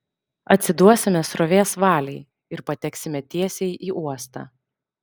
atsiduosime srovės valiai ir pateksime tiesiai į uostą